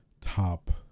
top